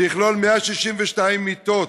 זה יכלול 162 מיטות.